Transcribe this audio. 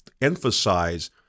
emphasize